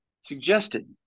suggested